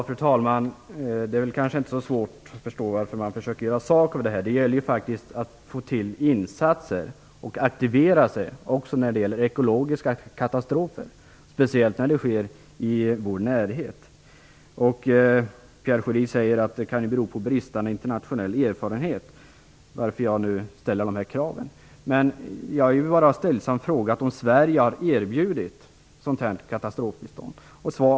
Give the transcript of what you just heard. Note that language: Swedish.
Fru talman! Det kanske inte är så svårt att förstå varför man försöker göra sak av detta. Det gäller faktiskt att få till stånd insatser och att aktivera sig även när det gäller ekologiska katastrofer, speciellt när de sker i vår närhet. Pierre Schori säger att det kan bero på bristande internationell erfarenhet att jag nu ställer de här kraven. Men jag har bara stillsamt frågat om Sverige har erbjudit katastrofbistånd.